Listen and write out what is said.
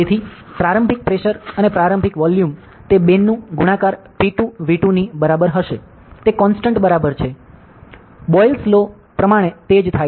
તેથી પ્રારંભિક પ્રેશર અને પ્રારંભિક વોલ્યુમ તે બેનું ગુણાકાર P2V2 ની બરાબર હશે તે કોંસ્ટંટ બરાબર છે બોયલસ લોBoyle's Law પ્રમાણે તે જ થાય છે